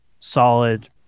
solid